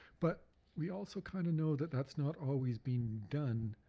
but we also kind of know that that's not always being done